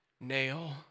Nail